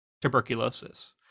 tuberculosis